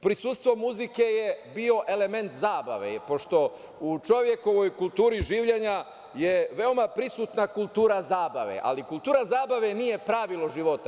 Prisustvo muzike je bio element zabave pošto u čovekovoj kulturi življenja je veoma prisutna kultura zabave, ali kultura zabave nije pravilo života.